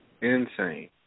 Insane